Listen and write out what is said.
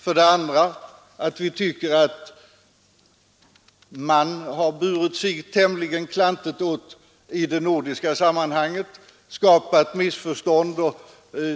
För det andra tycker vi att man har burit sig tämligen klantigt åt i de nordiska sammanhangen, åstadkommit missförstånd